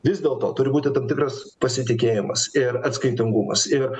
vis dėlto turi būti tam tikras pasitikėjimas ir atskaitingumas ir